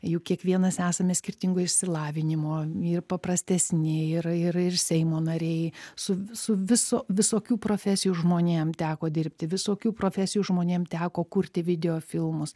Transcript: juk kiekvienas esame skirtingo išsilavinimo ir paprastesni ir ir seimo nariai su su visu visokių profesijų žmonėm teko dirbti visokių profesijų žmonėm teko kurti videofilmus